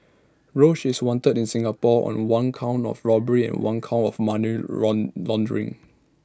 roach is wanted in Singapore on one count of robbery and one count of money run laundering